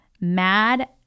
mad